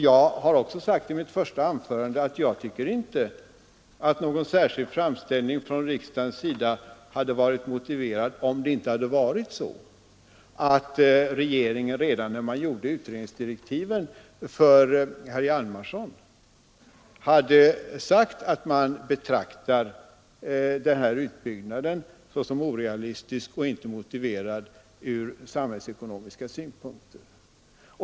Jag sade också i mitt första anförande att jag inte tyckte att någon särskild framställning från riksdagen hade varit motiverad, om inte regeringen redan när utredningsdirektiven för herr Hjalmarson skrevs hade sagt att den betraktade denna utbyggnad som orealistisk och inte motiverad från samhällsekonomiska synpunkter.